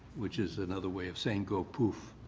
which is another way of saying go poof.